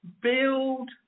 build